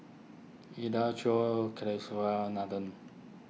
Udai Choor Kasiviswanathan